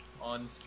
on